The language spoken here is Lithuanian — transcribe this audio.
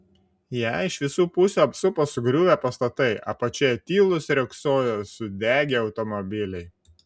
ją iš visų pusių apsupo sugriuvę pastatai apačioje tylūs riogsojo sudegę automobiliai